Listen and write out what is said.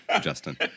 Justin